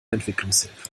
entwicklungshilfe